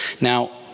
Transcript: Now